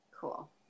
Cool